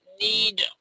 need